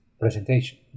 presentation